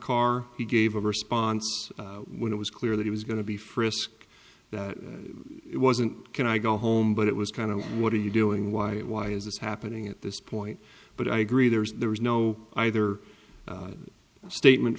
car he gave a response when it was clear that he was going to be frisked that it wasn't can i go home but it was kind of what are you doing why why is this happening at this point but i agree there is there was no either statement